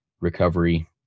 recovery